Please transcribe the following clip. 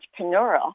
entrepreneurial